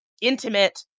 intimate